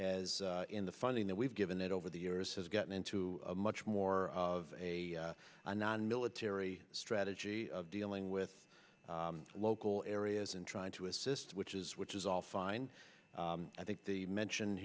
has in the funding that we've given it over the years has gotten into a much more of a non military strategy of dealing with local areas and trying to assist which is which is all fine i think the action